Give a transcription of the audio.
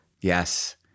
Yes